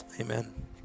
amen